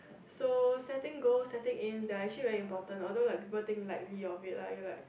so setting goals setting aims they are actually very important although like people think lightly of it lah you like